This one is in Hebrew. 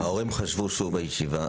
ההורים חשבו שהוא בישיבה.